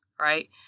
Right